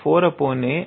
𝐼3 क्या है